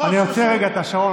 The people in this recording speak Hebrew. אני עוצר רגע את השעון,